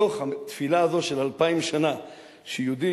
מתוך התפילה הזאת של אלפיים שנה שיהודים